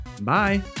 Bye